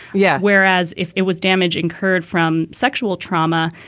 yeah. whereas if it was damage incurred from sexual trauma,